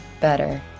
better